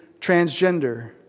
transgender